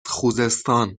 خوزستان